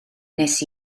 nes